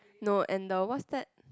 no and the what's that